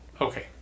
Okay